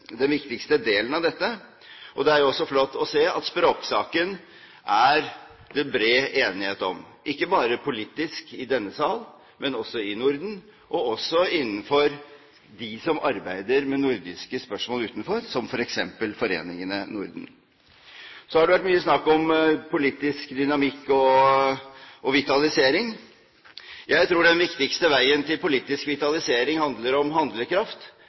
delen av dette, og det er jo flott å se at språksaken er det bred enighet om, ikke bare politisk i denne sal, men også i Norden og blant dem som arbeider med nordiske spørsmål ellers, f.eks. Foreningen Norden. Så har det vært mye snakk om politisk dynamikk og vitalisering. Jeg tror den viktigste veien til politisk vitalisering dreier seg om handlekraft,